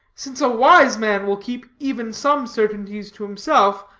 since a wise man will keep even some certainties to himself,